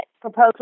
Proposal